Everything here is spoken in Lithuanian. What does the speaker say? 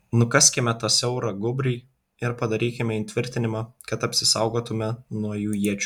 nukaskime tą siaurą gūbrį ir padarykime įtvirtinimą kad apsisaugotumėme nuo jų iečių